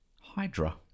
Hydra